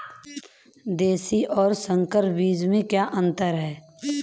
देशी और संकर बीज में क्या अंतर है?